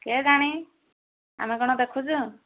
କିଏ ଜାଣି ଆମେ କ'ଣ ଦେଖୁଛୁ